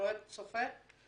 שצופה בדיון.